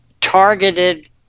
targeted